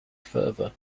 fervor